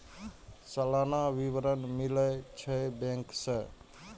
सलाना विवरण मिलै छै बैंक से?